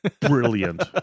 Brilliant